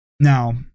Now